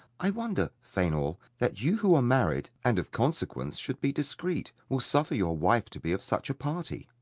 i wonder, fainall, that you who are married, and of consequence should be discreet, will suffer your wife to be of such a party.